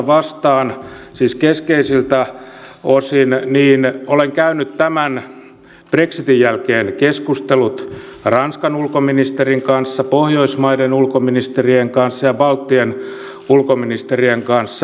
vastaan siis keskeisiltä osin ulko ja turvallisuuspolitiikasta ja olen käynyt tämän brexitin jälkeen keskustelut ranskan ulkoministerin kanssa pohjoismaiden ulkoministerien kanssa ja baltian ulkoministerien kanssa